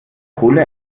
pole